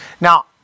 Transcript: Now